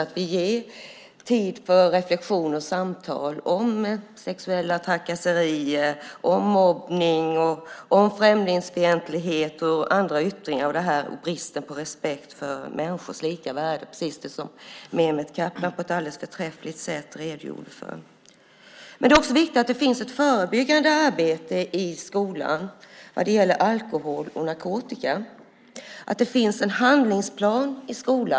Vi måste ge tid för reflexion och samtal om sexuella trakasserier, mobbning, främlingsfientlighet och andra yttringar samt om bristen på respekt för människors lika värde, det som Mehmet Kaplan på ett alldeles förträffligt sätt redogjorde för. Det är också viktigt att det finns ett förebyggande arbete i skolan vad gäller alkohol och narkotika, att det finns en handlingsplan i skolan.